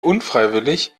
unfreiwillig